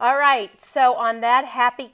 all right so on that happy